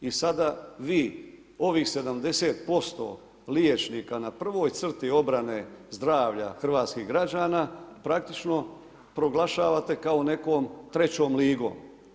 I sada ovi, ovih 70% liječnika na prvoj crti zdravlja hrvatskih građana praktično proglašavate kao nekom trećom ligom.